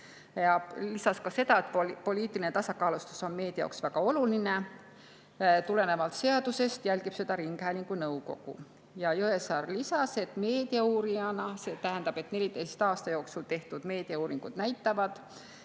Ta lisas ka seda, et poliitiline tasakaalustatus on meedia jaoks väga oluline. Tulenevalt seadusest jälgib seda ringhäälingu nõukogu. Jõesaar lisas meediauurijana, et 14 aasta jooksul tehtud meediauuringud näitavad,